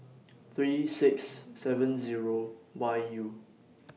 three six seven Zero Y U